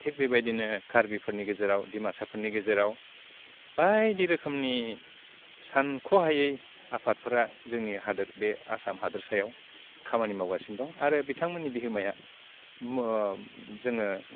थिग बेबायदिनो कारबिफोरनि गेजेराव डिमासाफोरनि गेजेराव बायदि रोखोमनि सानख'हायै आफादफोरा जोनि हादोत बे आसाम हादोतसायाव खामानि मावगासिनो दं आरो बिथांमोननि बिहोमाया मो जोङो